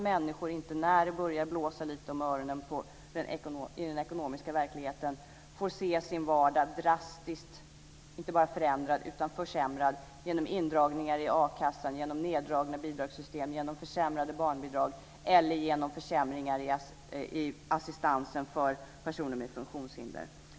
Människor ska inte, när det börjar blåsa lite om öronen i den ekonomiska verkligheten, få se sin vardag drastiskt inte bara förändrad utan försämrad genom indragningar i a-kassan, neddragningar i bidragssystem och försämrade barnbidrag. Assistansen ska inte försämras för personer med funktionshinder.